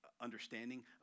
understanding